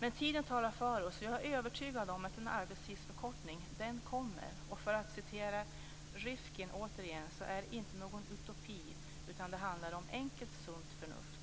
Men tiden talar för oss, och jag är övertygad om att det kommer en arbetstidsförkortning, och för att återigen citera Rifkin: "Arbetstidsförkortning är ingen utopi utan det handlar om sunt förnuft."